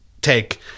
take